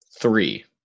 Three